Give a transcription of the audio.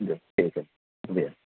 جی ٹھیک ہے شکریہ